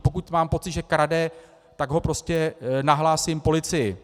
Pokud mám pocit, že krade, tak ho prostě nahlásím policii.